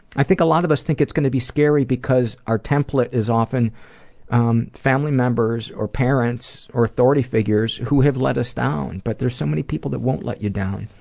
i think a lot of us think it's gonna be scary because our template is often um family members or parents or authority figures who have let us down, but there are so many people that won't let you down,